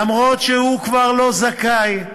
למרות שהוא כבר לא זכאי,